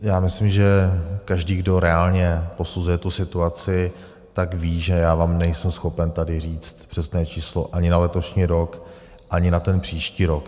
Já myslím, že každý, kdo reálně posuzuje tu situaci, ví, že vám nejsem schopen tady říct přesné číslo ani na letošní rok, ani na příští rok.